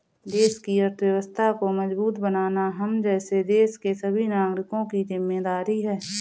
देश की अर्थव्यवस्था को मजबूत बनाना हम जैसे देश के सभी नागरिकों की जिम्मेदारी है